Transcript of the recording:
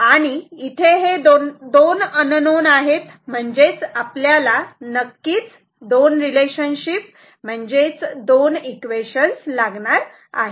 आणि इथे हे दोन अननोन आहेत म्हणजेच आपल्याला नक्कीच दोन रिलेशनशिप म्हणजे दोन इक्वेशन लागणार आहेत